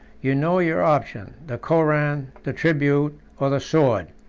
you know your option the koran, the tribute, or the sword.